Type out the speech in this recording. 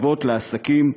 הטבות לעסקים,